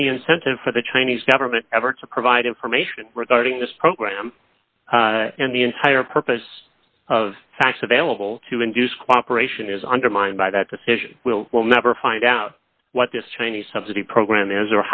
any incentive for the chinese government ever to provide information regarding this program and the entire purpose of facts available to induce cooperation is undermined by that decision will we'll never find out what the chinese subsidy program is